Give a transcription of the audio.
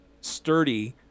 sturdy